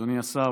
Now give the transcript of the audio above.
אדוני השר,